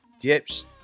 Dips